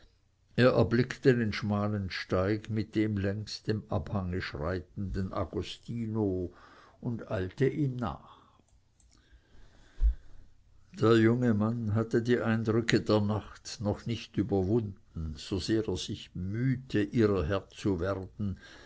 erblickte den schmalen steig mit dem längs dem abhange schreitenden agostino und eilte ihm nach der junge mann hatte die eindrücke der nacht noch nicht überwunden sosehr er sich bemühte ihrer herr zu werden